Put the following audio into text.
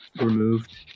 removed